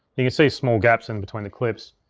you can see small gaps in between the clips.